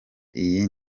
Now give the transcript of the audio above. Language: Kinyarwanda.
iyi